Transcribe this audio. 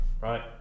right